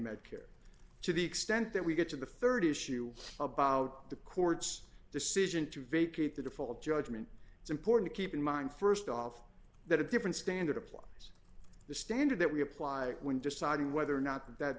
medicare to the extent that we get to the rd issue about the court's decision to vacate the default judgment it's important to keep in mind st off that a different standard applies the standard that we apply when deciding whether or not that